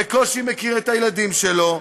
בקושי מכיר את הילדים שלו,